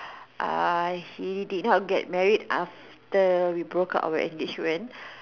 uh he did not get married after we broke up our engagement